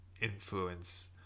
influence